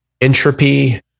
entropy